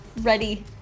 ready